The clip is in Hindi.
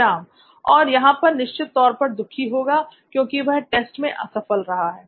श्याम और यहां वह निश्चित तौर पर दुखी होगा क्योंकि वह टेस्ट में असफल रहा है